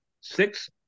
Six